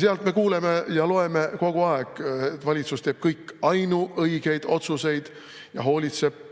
Sealt me kuuleme ja loeme kogu aeg, et valitsus teeb ainuõigeid otsuseid ja hoolitseb